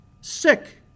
sick